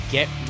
Get